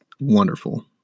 wonderful